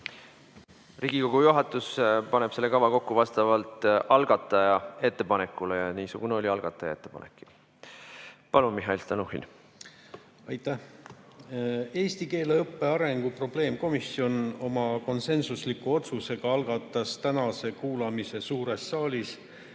Riigikogu juhatus paneb selle kava kokku vastavalt algataja ettepanekule ja niisugune oli algataja ettepanek. Palun, Mihhail Stalnuhhin! Aitäh! Eesti keele õppe arengu probleemkomisjon oma konsensusliku otsusega algatas tänase kuulamise suures saalis